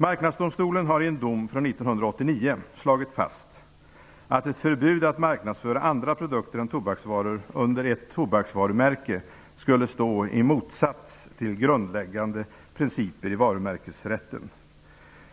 Marknadsdomstolen har i en dom från 1989 slagit fast att ett förbud mot att marknadsföra andra produkter än tobaksvaror under ett tobaksvarumärke skulle stå i motsats till grundläggande principer i varumärkesrätten.